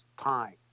time